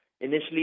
Initially